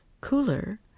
cooler